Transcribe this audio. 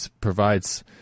provides